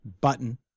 Button